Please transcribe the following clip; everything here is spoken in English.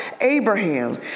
Abraham